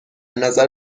نظر